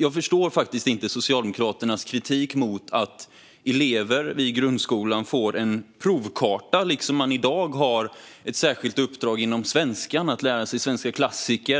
jag inte förstår Socialdemokraternas kritik mot att elever i grundskolan får ta del av en provkarta, liksom det i dag finns ett uppdrag i ämnet svenska att ta med svenska klassiker.